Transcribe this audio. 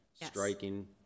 Striking